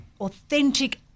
authentic